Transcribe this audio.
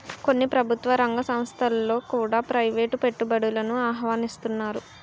కొన్ని ప్రభుత్వ రంగ సంస్థలలో కూడా ప్రైవేటు పెట్టుబడులను ఆహ్వానిస్తన్నారు